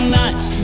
nights